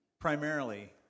primarily